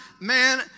man